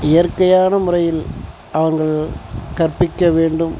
இயற்கையான முறையில் அவங்கள் கற்பிக்க வேண்டும்